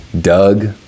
Doug